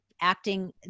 acting